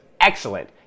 excellent